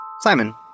Simon